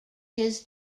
his